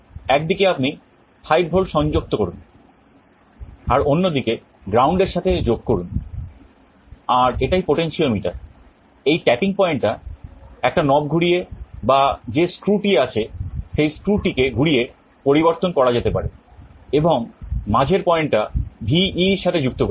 একদিকে আপনি 5V সংযুক্ত করুন আর অন্য দিক গ্রাউন্ড এর সাথে যোগ করুন আর এটাই পোটেনশিওমিটার এই ট্যাপিং টি আছে সেই স্ক্রুটিকে ঘুরিয়ে পরিবর্তন করা যেতে পারে এবং মাঝের পয়েন্টটা VEE এর সাথে যুক্ত করুন